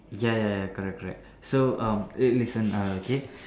ya ya ya correct correct so um wait listen uh okay